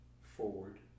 forward